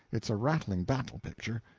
it's a rattling battle-picture.